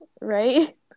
Right